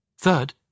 Third